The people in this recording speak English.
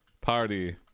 party